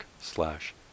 slash